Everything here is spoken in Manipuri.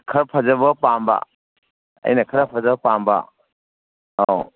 ꯈꯔ ꯐꯖꯕ ꯄꯥꯝꯕ ꯑꯩꯅ ꯈꯔ ꯐꯖꯕ ꯄꯥꯝꯕ ꯑꯧ